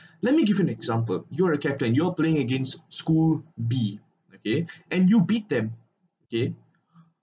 let me give you an example you're a captain you're playing against school B okay and you beat them okay